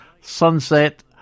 sunset